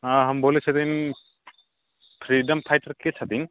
हँ हम बोलै छथिन फ्रीडम फाइटर के छथिन